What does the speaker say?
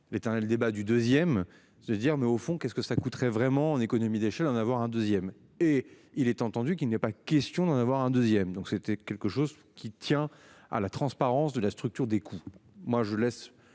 l'éternel débat du deuxième je veux dire mais au fond, qu'est-ce que ça coûterait vraiment en économie d'échelle en avoir un 2ème et il était entendu qu'il n'est pas question d'en avoir un deuxième donc c'était quelque chose qui tient à la transparence de la structure des coûts.